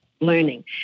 learning